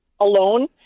alone